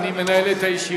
מאחר שאני מנהל את הישיבה,